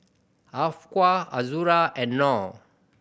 Afiqah Azura and Nor